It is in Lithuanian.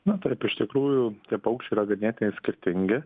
na taip iš tikrųjų tie paukščiai yra ganėtinai skirtingi